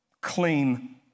clean